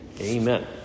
Amen